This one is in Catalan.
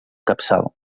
capçal